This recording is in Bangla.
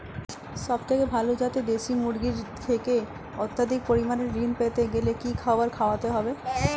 সবথেকে ভালো যাতে দেশি মুরগির থেকে অত্যাধিক পরিমাণে ঋণ পেতে গেলে কি খাবার খাওয়াতে হবে?